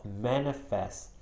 manifest